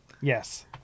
Yes